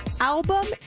album